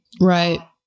Right